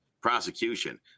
prosecution